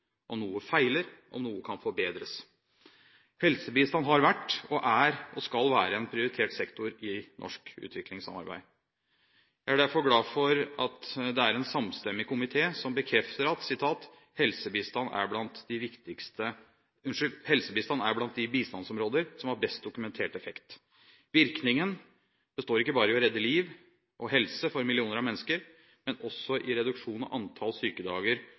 noe feiler og om noe kan forbedres. Helsebistand har vært, er og skal være en prioritert sektor i norsk utviklingssamarbeid. Jeg er derfor glad for at det er en samstemmig komité som bekrefter at «helsebistand er blant de bistandsområder som har best dokumentert effekt. Virkningen består ikke bare i å redde liv og helse for millioner av mennesker, men også i reduksjon av antall sykedager